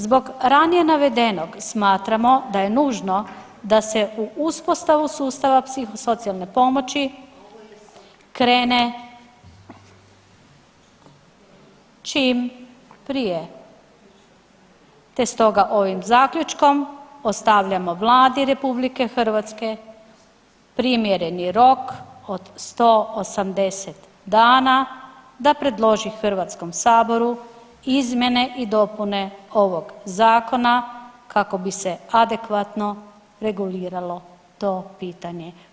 Zbog ranije navedenog smatramo da je nužno da se u uspostavu sustava psihosocijalne pomoći krene čim prije, te stoga ovim zaključkom ostavljamo Vladi Republike Hrvatske primjereni rok od 180 dana da predloži Hrvatskom saboru izmjene i dopune ovog zakona kako bi se adekvatno reguliralo to pitanje.